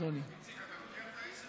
על מה אתה עונה?